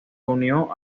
unió